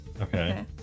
Okay